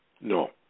No